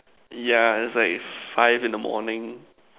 yeah is like five in the morning